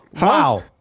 Wow